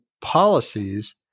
policies